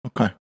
Okay